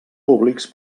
públics